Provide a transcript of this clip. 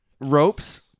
ropes